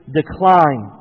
decline